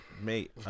mate